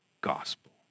gospel